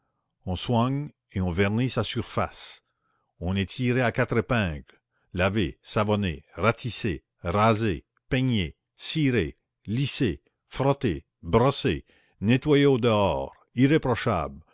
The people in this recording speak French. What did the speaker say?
on soigne et on vernit sa surface on est tiré à quatre épingles lavé savonné ratissé rasé peigné ciré lissé frotté brossé nettoyé au dehors irréprochable